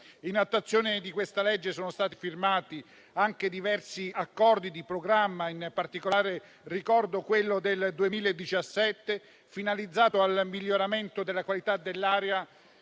In attuazione di questa legge sono stati firmati anche diversi accordi di programma: in particolare ricordo quello del 2017, finalizzato al miglioramento della qualità dell'aria